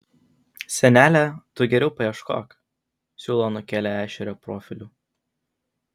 senele tu geriau paieškok siūlo anūkėlė ešerio profiliu